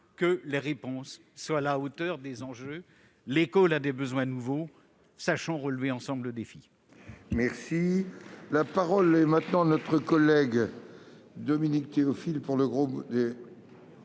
que les réponses soient à la hauteur des enjeux. L'école à des besoins nouveaux. Sachons relever ensemble ce défi